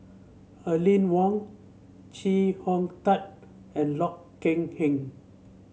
Aline Wong Chee Hong Tat and Loh Kok Heng